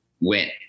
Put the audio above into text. went